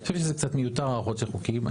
אני חושב שזה קצת מיותר הארכות של חוקים.